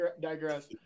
digress